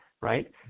right